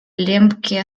лембке